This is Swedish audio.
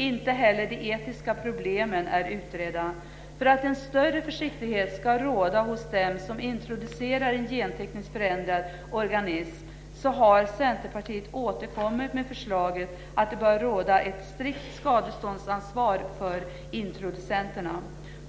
Inte heller de etiska problemen är utredda. För att en större försiktighet ska råda hos dem som introducerar en gentekniskt förändrad organism har Centerpartiet återkommit med förslag om att det bär råda ett strikt skadeståndsansvar för introducenterna.